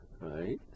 right